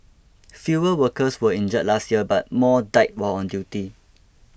fewer workers were injured last year but more died while on duty